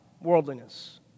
Worldliness